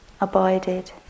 abided